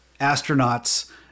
astronauts